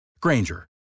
Granger